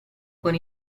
con